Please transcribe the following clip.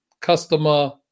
customer